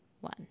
one